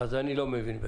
אז אני לא מבין.